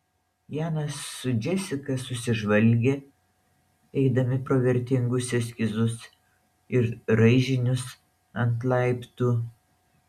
janas su džesika susižvalgė eidami pro vertingus eskizus ir raižinius ant laiptų